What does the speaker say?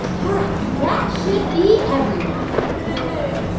all right, that should be everyone mindy,